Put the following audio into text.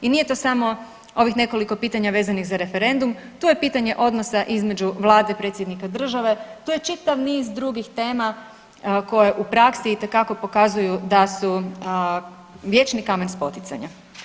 I nije to samo ovih nekoliko pitanja vezanih za referendum, to je pitanje odnosa između Vlade, predsjednika države, to je čitav niz drugih tema koje u praksi itekako pokazuju da su vječni kamen spoticanja.